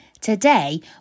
Today